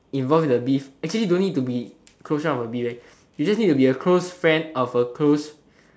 involved in the beef actually don't need to be close friend of the beef leh you just need to be a close friend of a close